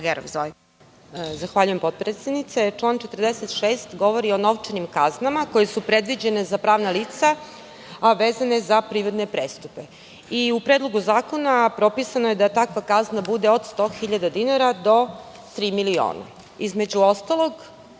Zahvaljujem, potpredsednice. Član 46. govori o novčanim kaznama koje su predviđene za pravna lica, a vezane za privredne prestupe.U Predlogu zakona propisano je da takva kazna bude od 100.000 dinara do 3.000.000. Između ostalog,